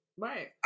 Right